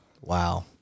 Wow